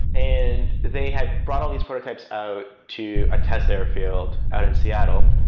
and they had brought all these prototypes out to a test airfield out in seattle.